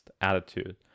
attitude